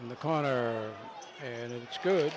the corner and it's good